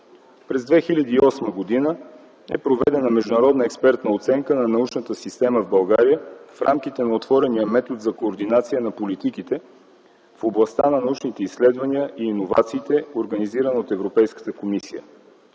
През 2008 г. е проведена международна експертна оценка на научната система в България в рамките на отворения метод за координация на политиките в областта на научните изследвания и иновациите, организирана от Европейската комисия.